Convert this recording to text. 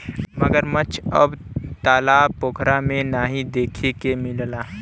मगरमच्छ अब तालाब पोखरा में नाहीं देखे के मिलला